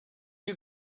you